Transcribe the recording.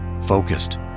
focused